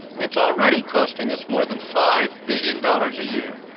it's already costing us more than five billion dollars a year.